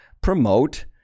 promote